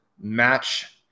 match